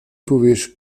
poveš